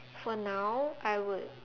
for now I would